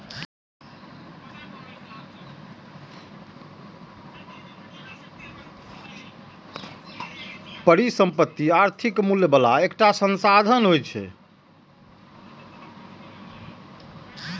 परिसंपत्ति आर्थिक मूल्य बला एकटा संसाधन होइ छै